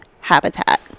habitat